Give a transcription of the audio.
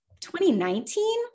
2019